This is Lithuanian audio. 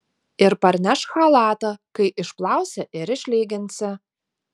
ir parnešk chalatą kai išplausi ir išlyginsi